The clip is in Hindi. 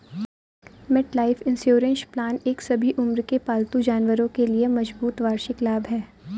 मेटलाइफ इंश्योरेंस प्लान एक सभी उम्र के पालतू जानवरों के लिए मजबूत वार्षिक लाभ है